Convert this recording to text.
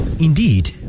Indeed